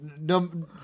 No